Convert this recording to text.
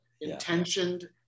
intentioned